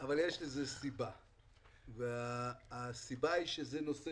אבל יש לזה סיבה והסיבה היא שזה נושא